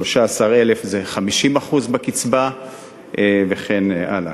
13,000 זה 50% קצבה וכן הלאה.